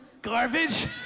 Garbage